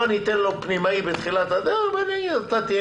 ניתן לו להיות פנימאי ונגיד לו שהוא יהיה